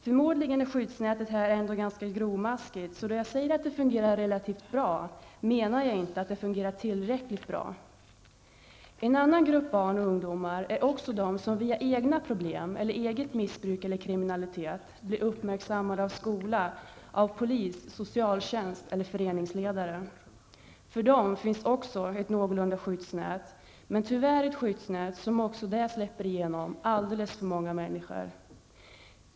Förmodligen är skyddsnätet här ändå ganska grovmaskigt, så då jag säger att det fungerar relativt bra, menar jag inte att det fungerar tillräckligt bra. En annan grupp barn och ungdomar är de som via egna problem eller eget missbruk eller kriminalitet blir uppmärksammade av skola, polis, socialtjänst eller föreningsledare. För dem finns också ett någorlunda bra skyddsnät, men tyvärr ett skyddsnät som också det släpper igenom alltför många människor.